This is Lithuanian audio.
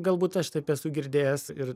galbūt aš taip esu girdėjęs ir